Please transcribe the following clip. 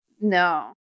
no